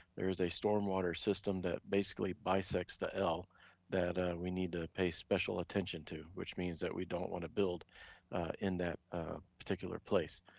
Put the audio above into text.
there is a stormwater system that basically bisects the l that we need to pay special attention to, which means that we don't wanna build in that particular place.